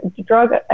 drug